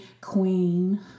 queen